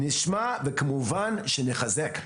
נשמע וכמובן שנחזק.